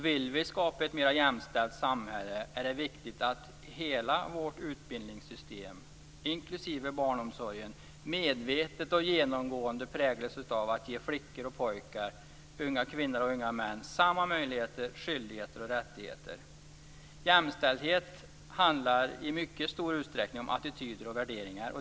Vill vi skapa ett mer jämställt samhälle är det viktigt att hela vårt utbildningssystem, inklusive barnomsorgen, medvetet och genomgående präglas av att ge flickor och pojkar, unga kvinnor och unga män samma möjligheter, skyldigheter och rättigheter. Jämställdhet handlar i mycket stor utsträckning om attityder och värderingar.